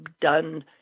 done